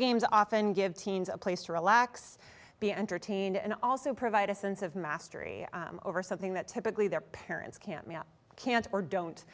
games often give teens a place to relax be entertained and also provide a sense of mastery over something that typically their parents can't can't or don't